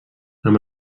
amb